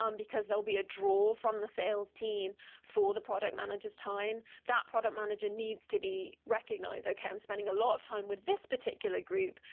um because there'll be a draw from the sales team for the product manager s time. that product manager needs to be recognized, okay. i'm spending a lot of time with this particular group,